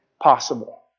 possible